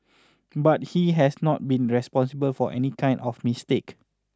but he has not been responsible for any kind of mistake